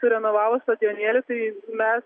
surenovavo stadijonėlį tai mes